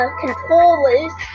controllers